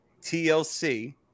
TLC